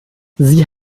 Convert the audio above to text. sie